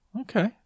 okay